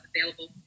available